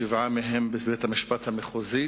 שבעה מהם בבית-המשפט המחוזי